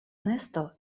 nesto